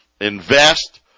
Invest